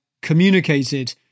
communicated